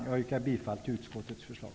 Jag yrkar bifall till utskottets förslag.